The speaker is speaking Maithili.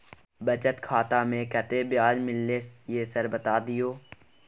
बचत खाता में कत्ते ब्याज मिलले ये सर बता दियो?